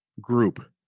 group